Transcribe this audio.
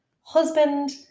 husband